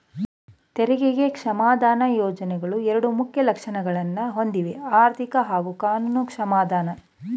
ತೆರಿಗೆ ಕ್ಷಮಾದಾನ ಯೋಜ್ನೆಗಳು ಎರಡು ಮುಖ್ಯ ಲಕ್ಷಣಗಳನ್ನ ಹೊಂದಿವೆಆರ್ಥಿಕ ಹಾಗೂ ಕಾನೂನು ಕ್ಷಮಾದಾನ